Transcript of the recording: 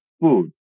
food